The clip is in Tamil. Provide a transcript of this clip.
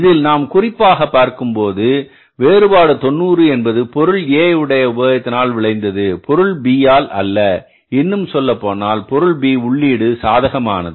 இதில் நாம் குறிப்பாக பார்க்கும் போது வேறுபாடு 90 என்பது பொருள் A உடைய உபயோகத்தினால் விளைந்தது பொருள் B யால் அல்ல இன்னும் சொல்லப்போனால் பொருள் B உள்ளீடு சாதகமானது